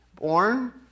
Born